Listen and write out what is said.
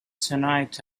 tonight